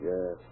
Yes